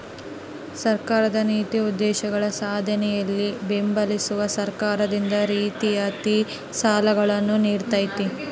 ಸರ್ಕಾರದ ನೀತಿ ಉದ್ದೇಶಗಳ ಸಾಧನೆಯನ್ನು ಬೆಂಬಲಿಸಲು ಸರ್ಕಾರದಿಂದ ರಿಯಾಯಿತಿ ಸಾಲಗಳನ್ನು ನೀಡ್ತೈತಿ